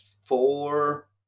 four